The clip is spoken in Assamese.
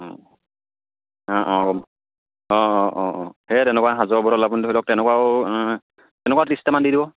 অঁ অঁ অঁ অঁ অঁ অঁ অঁ সেই তেনেকুৱা সাজৰ বটল আপুনি ধৰি লওক তেনেকুৱাও তেনেকুৱা ত্ৰিছটামান দি দিব